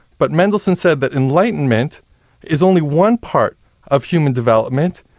but mendelssohn said that enlightenment is only one part of human development,